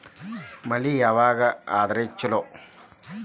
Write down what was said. ಮಳಿ ಯಾವಾಗ ಆದರೆ ಛಲೋ?